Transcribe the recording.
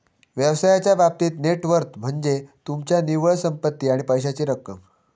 व्यवसायाच्या बाबतीत net worth म्हनज्ये तुमची निव्वळ संपत्ती आणि पैशाची रक्कम